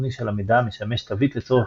חד-כיווני של המידע המשמש תווית לצורך